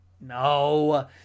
No